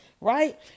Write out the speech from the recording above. Right